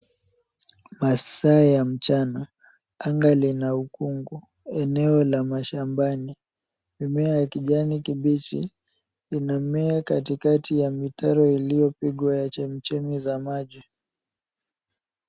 Masaa ya mchana, anga lina ukungu, eneo la mashambani, mime ya kijani kibichi inamea katikati ya mitaro iliyopigwa ya chemichemi za maji.